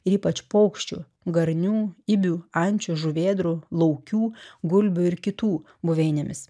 ir ypač paukščių garnių ibių ančių žuvėdrų laukių gulbių ir kitų buveinėmis